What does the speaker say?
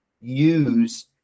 use